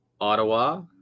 Ottawa